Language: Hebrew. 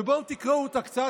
ובואו תקראו אותה קצת.